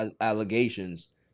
allegations